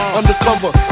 undercover